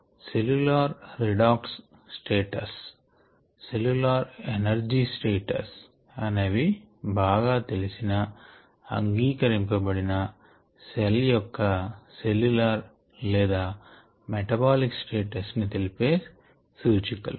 cellular redox status cellular energy status అనేవి బాగా తెలిసిన అంగీకరింపబడిన సెల్ యొక్క సెల్ల్యులర్ లేదా మెటబాలిక్ స్టేటస్ ని తెలిపే సూచికలు